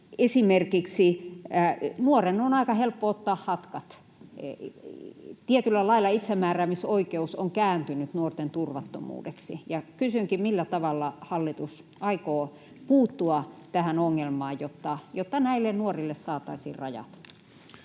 esimerkiksi aika helppo ottaa hatkat. Tietyllä lailla itsemääräämisoikeus on kääntynyt nuorten turvattomuudeksi. Kysynkin: millä tavalla hallitus aikoo puuttua tähän ongelmaan, jotta näille nuorille saataisiin rajat?